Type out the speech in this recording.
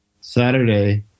Saturday